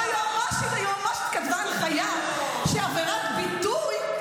אבל היועמ"שית כתבה הנחיה שעבירת ביטוי,